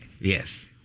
Yes